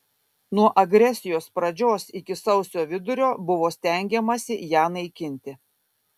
nuo agresijos pradžios iki sausio vidurio buvo stengiamasi ją naikinti